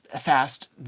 fast